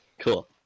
cool